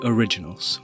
Originals